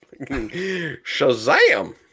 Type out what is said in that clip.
Shazam